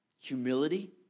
humility